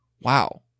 Wow